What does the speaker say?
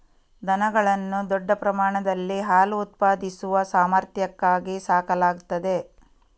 ದನಗಳನ್ನು ದೊಡ್ಡ ಪ್ರಮಾಣದಲ್ಲಿ ಹಾಲು ಉತ್ಪಾದಿಸುವ ಸಾಮರ್ಥ್ಯಕ್ಕಾಗಿ ಸಾಕಲಾಗುತ್ತದೆ